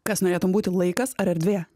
kas norėtum būti laikas ar erdvė